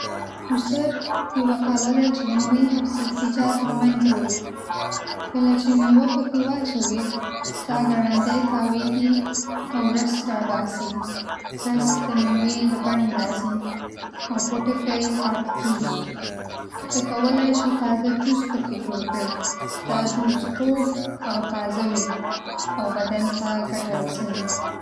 جوسر یوه آله ده چې مېوې او سبزيجات له منځه وړي. کله چې مېوه پکې واچوې، دا ګړندی تاوېږي او رس راباسي. رس د مېوې له بڼې راځي، او پوټکی یې پاتې کېږي. ته کولې شې تازه جوس پکې جوړ کړې. دا جوس خوږ او تازه وي او بدن ته ګټه رسوي.